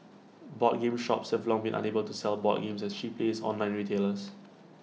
board game shops have long been unable to sell board games as cheap as online retailers